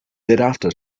thereafter